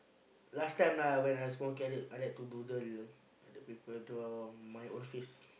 last time lah when I small carrot I like to doodle other people draw my own face